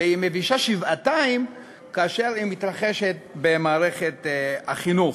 והיא מבישה שבעתיים כאשר היא מתרחשת במערכת החינוך.